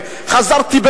חזרתי אליכם,